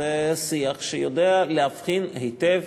שיח שיודע להבחין היטב